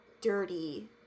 dirty